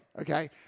Okay